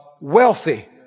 wealthy